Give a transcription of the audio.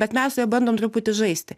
bet mes su ja bandom truputį žaisti